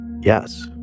yes